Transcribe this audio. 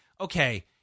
okay